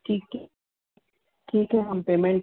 ठीक है ठीक है हम पेमेंट